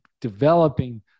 developing